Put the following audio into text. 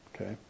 okay